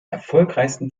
erfolgreichsten